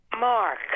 Mark